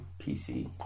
PC